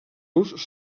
los